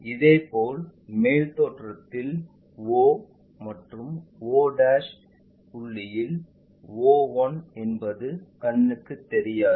இதேபோல் மேல் தோற்றத்தில் o மற்றும் o புள்ளியில் o 1 என்பது கண்ணுக்கு தெரியாதது